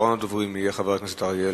אחרון הדוברים יהיה חבר הכנסת אריה אלדד.